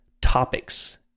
topics